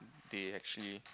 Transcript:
they actually